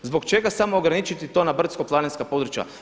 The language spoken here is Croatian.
Zbog čega samo ograničiti to na brdsko-planinska područja?